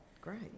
Great